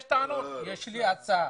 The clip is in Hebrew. יש טענות כאלה.